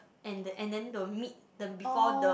and the and then the mid the before the